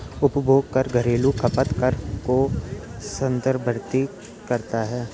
उपभोग कर घरेलू खपत कर को संदर्भित करता है